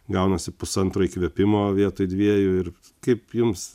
gaunasi pusantro įkvėpimo vietoj dviejų ir kaip jums